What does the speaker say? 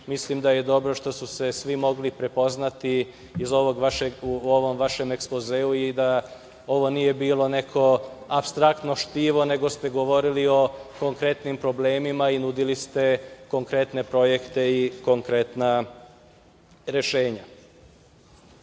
mislim da je dobro što su se svi mogli prepoznati u ovom vašem ekspozeu i da ovo nije bilo neko apstraktno štivo nego ste govorili o konkretnim problemima i nudili ste konkretne projekte i konkretna rešenja. Sada